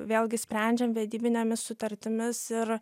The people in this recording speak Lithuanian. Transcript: vėlgi sprendžiam vedybinėmis sutartimis ir